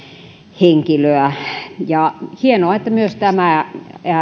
henkilöä on hienoa että myös tämä